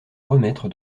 remettre